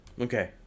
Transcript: Okay